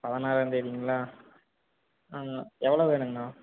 பதினாறாந்தேதிங்களா எவ்வளோ வேணும்ங்கண்ணா